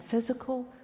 physical